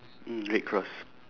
mm red cross